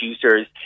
producers